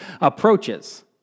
approaches